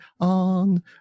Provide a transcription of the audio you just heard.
on